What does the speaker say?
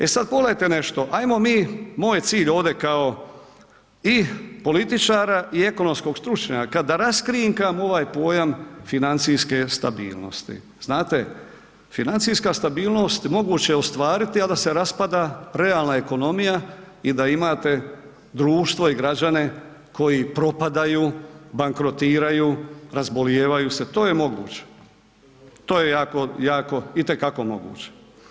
E sad pogledajte nešto, ajmo mi, moj je cilj ovdje kao i političara i ekonomskog stručnjaka da raskrinkam ovaj pojam financijske stabilnosti, znate financijska stabilnost moguće je ostvariti, a da se raspada prealna ekonomija i da imate društvo i građane koji propadaju, bankrotiraju, razbolijevaju se, to je moguće, to je jako, jako, itekako moguće.